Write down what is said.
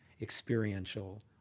experiential